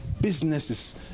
Businesses